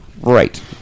right